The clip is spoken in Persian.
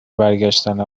برگشتن